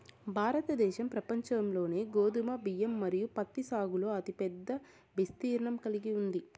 భారతదేశం ప్రపంచంలోనే గోధుమ, బియ్యం మరియు పత్తి సాగులో అతిపెద్ద విస్తీర్ణం కలిగి ఉంది